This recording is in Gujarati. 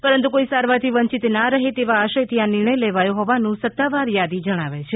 પરંતુ કોઈ સારવારથી વંચિત ના રહે તેવા આશયથી આ નિર્ણય લેવાયો હોવાનું સત્તાવાર યાદી જણાવે છે